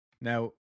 Now